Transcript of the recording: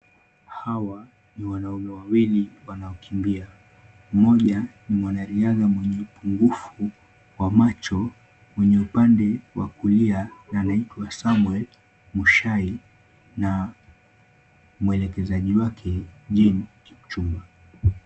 Hawa ni wanaume wawili wanaokimbia. Mmoja ni mwanariadha mwenye upungufu wa macho mwenye upande wa kulia na anaitwa Samuel Muchai na mwelekezaji wake Jean Kipchumba.